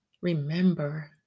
remember